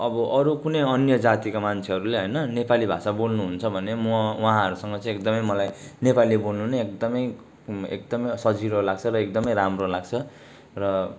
अब अरू कुनै अन्य जातिका मान्छेहरूले होइन नेपाली भाषा बोल्नुहुन्छ भने म उहाँहरूसँग चाहिँ एकदमै मलाई नेपाली बोल्नु नै एकदमै एकदमै सजिलो र एकदमै राम्रो लाग्छ र